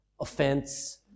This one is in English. Offense